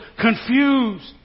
confused